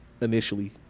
initially